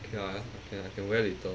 ya I can I can wear later